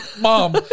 Mom